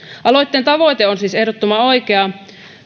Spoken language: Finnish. aloitteen tavoite on siis ehdottoman oikea